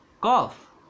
golf